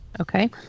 Okay